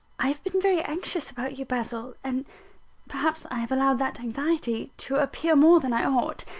i have been very anxious about you, basil and perhaps i have allowed that anxiety to appear more than i ought.